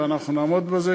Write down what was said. ואנחנו נעמוד בזה,